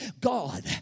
God